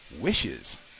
wishes